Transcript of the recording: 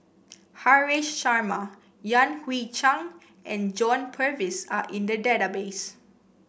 Haresh Sharma Yan Hui Chang and John Purvis are in the database